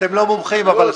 לא כללים כאלה מקצועיים.